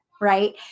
Right